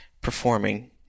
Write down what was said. performing